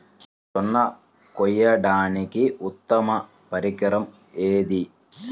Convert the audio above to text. జొన్న కోయడానికి ఉత్తమ పరికరం ఏది?